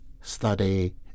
study